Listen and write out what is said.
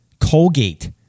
Colgate